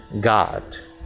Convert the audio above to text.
God